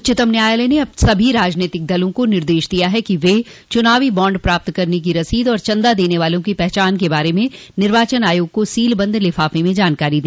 उच्चतम न्यायालय ने सभी राजनीतिक दलों को निर्देश दिया है कि वे चुनावी बाँड प्राप्त करने की रसीद और चंदा देने वालों की पहचान के बारे में निर्वाचन आयोग को सीलबंद लिफाफे में जानकारी दे